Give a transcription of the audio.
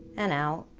and out